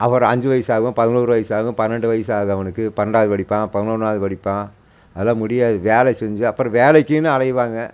அப்புறம் அஞ்சு வயசாகும் பதினொரு வயசாகும் பன்னெண்டு வயசாவது அவனுக்கு பன்னெண்டாவது படிப்பான் பதினொன்னாவது படிப்பான் அதெல்லாம் முடியாது வேலை செஞ்சு அப்புறம் வேலைக்குனு அலைவாங்க